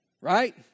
Right